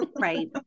right